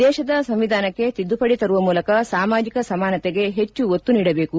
ದೇಶದ ಸಂವಿಧಾನಕ್ಕೆ ತಿದ್ದುಪಡಿ ತರುವ ಮೂಲಕ ಸಾಮಾಜಕ ಸಮಾನತೆಗೆ ಹೆಚ್ಚು ಒತ್ತು ನೀಡಬೇಕು